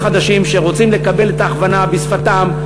חדשים שרוצים לקבל את ההכוונה בשפתם.